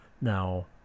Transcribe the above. Now